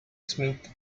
smith